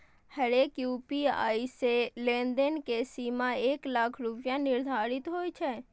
हरेक यू.पी.आई मे लेनदेन के सीमा एक लाख रुपैया निर्धारित होइ छै